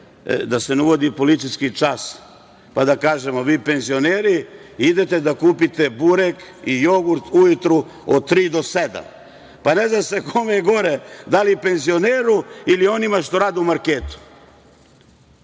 da se ne uvodi policijski čas, pa da kažemo - vi penzioneri idete da kupite burek ujutru od tri do sedam. Pa, ne zna se kome je gore, da li penzioneru ili onima što rade u marketu.